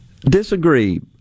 Disagree